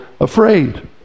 afraid